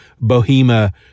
Bohemia